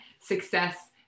success